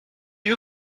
you